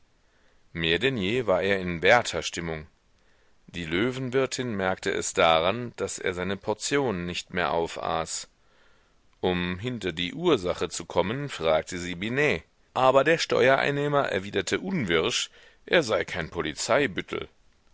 mehr denn je war er in wertherstimmung die löwenwirtin merkte es daran daß er seine portionen nicht mehr aufaß um hinter die ursache zu kommen fragte sie binet aber der steuereinnehmer erwiderte unwirsch er sei kein